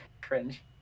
cringe